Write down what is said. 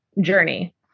journey